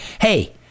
Hey